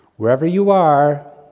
whoever you are,